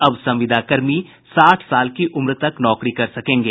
अब संविदा कर्मी साठ साल की उम्र तक नौकरी कर सकेंगे